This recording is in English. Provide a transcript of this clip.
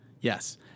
Yes